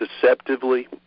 deceptively